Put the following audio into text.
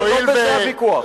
לא בזה הוויכוח.